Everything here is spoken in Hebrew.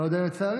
לא יודע אם לצערי,